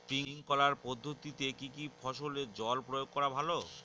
Sprinkler পদ্ধতিতে কি কী ফসলে জল প্রয়োগ করা ভালো?